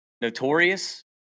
notorious